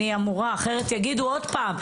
אחרת יגידו עוד פעם,